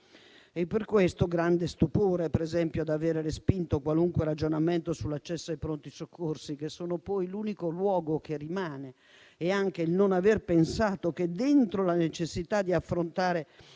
per esempio, l'aver respinto qualunque ragionamento sull'accesso ai pronti soccorsi, che sono poi l'unico luogo che rimane, e anche il non aver pensato che, dentro la necessità di affrontare